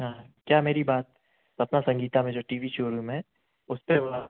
हाँ क्या मेरी बात सपना संगीता में जो टी वी शोरूम है उसपे हो आप